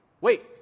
wait